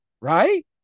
right